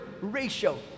ratio